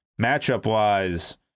matchup-wise